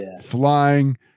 flying